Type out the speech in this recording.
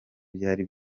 byari